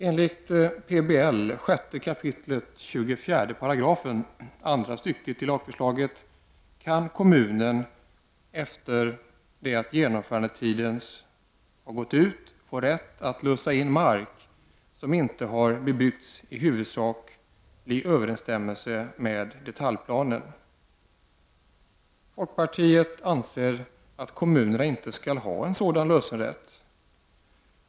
Enligt PBL 6 kap. 24§ andra stycket i lagförslaget kan kommunen efter genomförandetidens utgång få rätt att lösa in mark som inte har bebyggts i huvudsaklig överensstämmelse med en detaljplan. Folkpartiet anser att kommunerna inte skall ha en sådan lösenrätt.